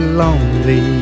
lonely